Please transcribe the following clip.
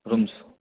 rooms